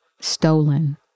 stolen